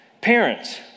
Parents